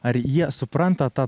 ar jie supranta tą